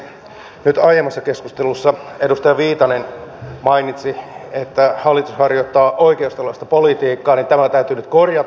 kun aiemmassa keskustelussa edustaja viitanen mainitsi että hallitus harjoittaa oikeistolaista politiikkaa niin tämä täytyy nyt korjata